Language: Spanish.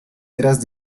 eras